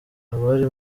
abari